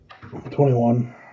twenty-one